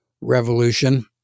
revolution